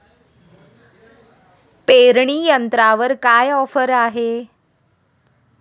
पेरणी यंत्रावर काय ऑफर आहे?